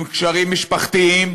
עם קשרים משפחתיים